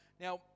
now